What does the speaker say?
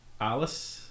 Alice